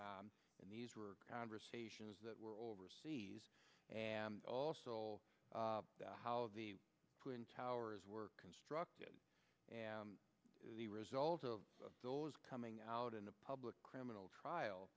dropped and these were conversations that were overseas and also how the twin towers were constructed and the result of those coming out in a public criminal trial